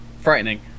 frightening